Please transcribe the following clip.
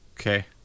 Okay